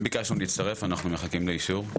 ביקשנו להצטרף, אנחנו מחכים לאישור.